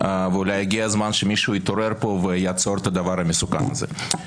ואולי הגיע הזמן שמישהו יתעורר פה ויעצור את הדבר המסוכן הזה.